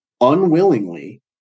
unwillingly